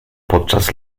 podczas